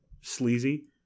sleazy